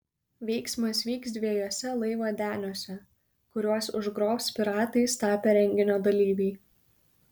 veiksmas vyks dviejuose laivo deniuose kuriuos užgrobs piratais tapę renginio dalyviai